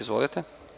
Izvolite.